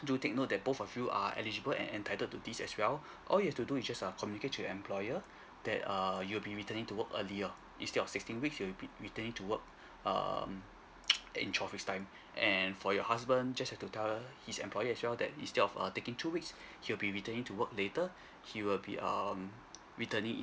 do take note that both of you are eligible and entitled to this as well all you have to do you just err communicate to your employer that err you will be returning to work earlier instead of sixteen weeks you ret~ returning to work um in twelve weeks time and for your husband just have to tell his employer as well that instead of taking two weeks he will be returning to work later he will be um returning in